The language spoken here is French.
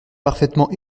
parfaitement